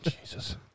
Jesus